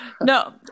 No